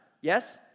Yes